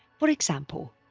for example,